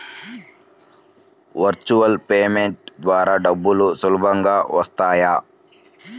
Virtual payment ద్వారా డబ్బులు సులభంగా వస్తాయా?